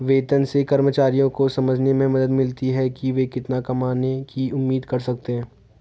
वेतन से कर्मचारियों को समझने में मदद मिलती है कि वे कितना कमाने की उम्मीद कर सकते हैं